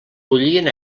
bullien